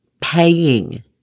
paying